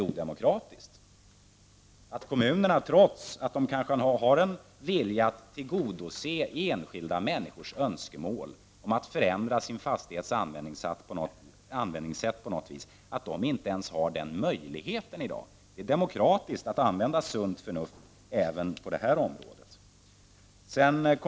Trots att kommunerna kanske har en vilja att tillgodose enskilda människors önskemål om att förändra sin fastighets användningssätt, har de inte ens den möjligheten i dag. Det är demokratiskt att använda sunt förnuft även på det området.